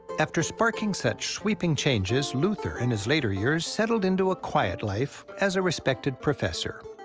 after sparking such sweeping changes, luther, in his later years, settled into a quiet life as a respected professor.